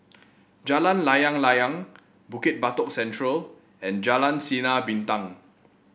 Jalan Layang Layang Bukit Batok Central and Jalan Sinar Bintang